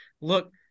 Look